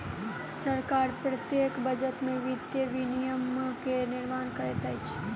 सरकार प्रत्येक बजट में वित्तीय विनियम के निर्माण करैत अछि